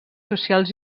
socials